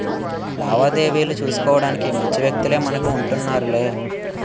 లావాదేవీలన్నీ సూసుకోడానికి మంచి వ్యక్తులే మనకు ఉంటన్నారులే